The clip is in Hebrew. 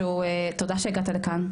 תודה שהגעת לכאן,